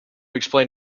explain